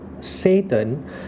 Satan